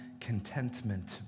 contentment